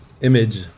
image